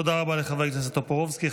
תודה רבה לחבר הכנסת טופורובסקי.